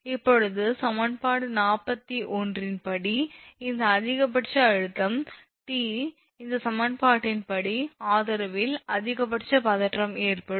இப்போது சமன்பாடு 41 இன் படி இந்த ஒரு அதிகபட்ச அழுத்தம் 𝑇 இந்த சமன்பாட்டின் படி ஆதரவில் அதிகபட்ச பதற்றம் ஏற்படும்